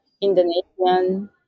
Indonesian